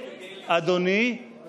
תענה מה, בקעת